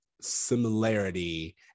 similarity